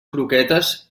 croquetes